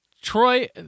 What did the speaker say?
troy